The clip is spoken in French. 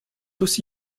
aussi